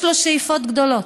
יש לו שאיפות גדולות,